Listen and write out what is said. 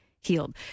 healed